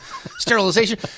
sterilization